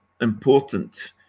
important